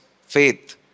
faith